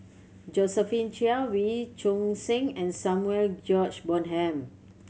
Josephine Chia Wee Choon Seng and Samuel George Bonham